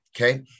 okay